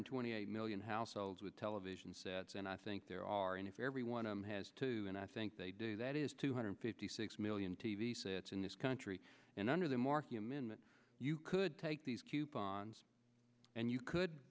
twenty eight million households with television sets and i think there are and if everyone has to and i think they do that is two hundred fifty six million t v sets in this country and under the marquee amendment you could take these coupons and you could